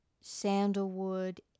sandalwood